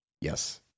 Yes